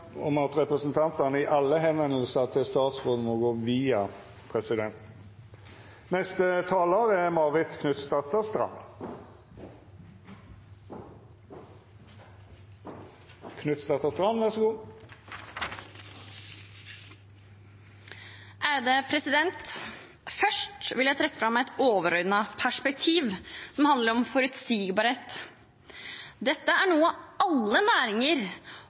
om at all tale skal gå via presidenten. Først vil jeg trekke fram et overordnet perspektiv som handler om forutsigbarhet. Dette er noe alle næringer